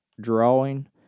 drawing